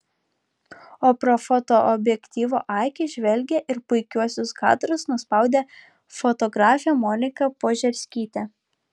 o pro fotoobjektyvo akį žvelgė ir puikiuosius kadrus nuspaudė fotografė monika požerskytė